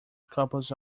couples